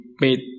made